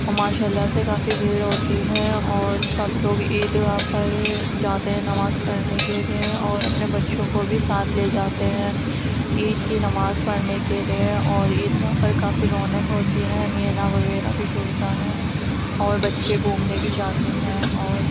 ماشاءاللہ سے بہت بھیڑ ہوتی ہے اور سب لوگ عید گاہ پر جاتے ہیں نماز پڑھنے کے لیے اور اپنے بچوں کو بھی ساتھ لے جاتے ہیں عید کی نماز پڑھنے کے لیے اور عید گاہ پر کافی رونق ہوتی ہے میلہ وغیرہ بھی جڑتا ہے اور بچے گھومنے بھی جاتے ہیں اور